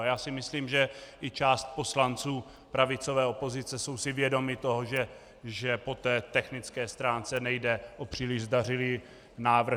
A já si myslím, že i část poslanců pravicové opozice je si vědoma toho, že po technické stránce nejde o příliš zdařilý návrh.